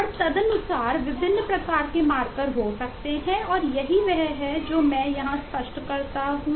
और तदनुसार विभिन्न प्रकार के मार्कर को नामित करते है